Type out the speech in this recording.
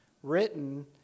written